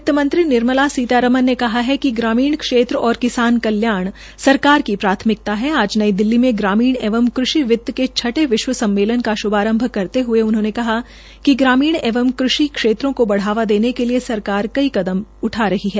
वित्तमंत्री निर्मला सीतारमन ने कहा है कि ग्रामीण क्षेत्र और किसान कल्याण सरकार की प्राथमिकता आज नई दिल्ली में ग्रामीण एवं कृषि किसान के छठे विश्व दिवस सम्मेलन का शुभारंभ करते हये उन्होंने कहा कि ग्रामीण एवं कृषि क्षेत्रों को बढ़ावा देने के लिए सरकार ने कई कदम उठाये है